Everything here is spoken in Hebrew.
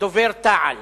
דובר תע"ל